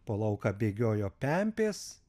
po lauką bėgiojo pempės